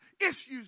issues